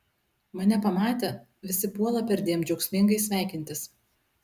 mane pamatę visi puola perdėm džiaugsmingai sveikintis